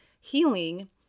healing